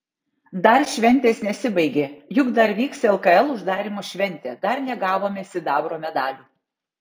dar šventės nesibaigė juk dar vyks lkl uždarymo šventė dar negavome sidabro medalių